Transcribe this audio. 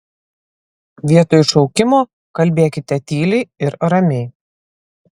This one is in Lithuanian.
vietoj šaukimo kalbėkite tyliai ir ramiai